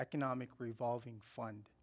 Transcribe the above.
economic revolving find